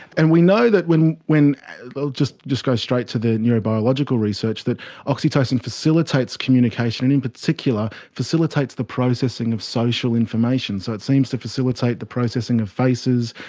and we know that when, i'll like just just go straight to the neurobiological research, that oxytocin facilitates communication, and in particular facilitates the processing of social information. so it seems to facilitate the processing of faces,